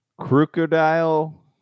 Crocodile